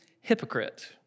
hypocrite